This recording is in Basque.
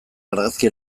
argazki